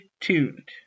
tuned